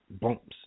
bumps